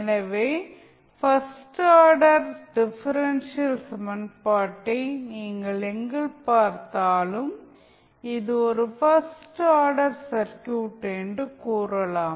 எனவே first order differential சமன்பாட்டை நீங்கள் எங்கு பார்த்தாலும் இது ஒரு பர்ஸ்ட் ஆர்டர் சர்க்யூட் என்று கூறலாம்